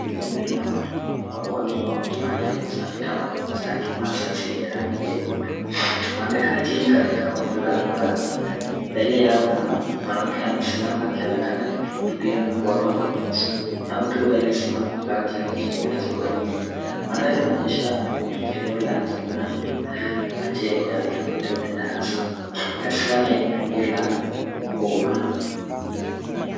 Hili n kundi la watu, wengi wao wakiwa wamevalia nguo za kitamaduni za kimasai zenye rangi nyekundu. wamekaa chini katika umbo la duara .Mbele yao kuna mwanamke amesimama akionekana akihutubia na kuwapa mafunzo .Na mke huyo aliyesimama amevaa shatijeupe na suruari nyeusi. Madhari inaonyesha eneo la milimani ,majengo ya kitamaduni na ya zamani. Inashika ni tukio la umma.